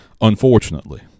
Unfortunately